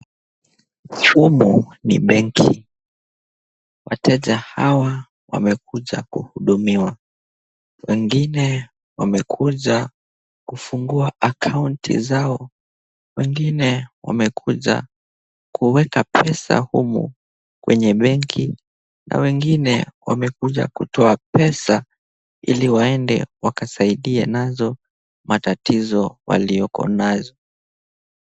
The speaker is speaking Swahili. Chumu ni benki. Wateja hawa wamekuja kuhudumiwa. Wengine wamekuja kufungua akaunti zao. Wengine wamekuja kuweka pesa humu kwenye benki, na wengine wamekuja kutoa pesa ili waende wakasaidie nazo matatizo walioko nazo.